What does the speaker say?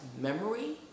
memory